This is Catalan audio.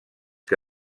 que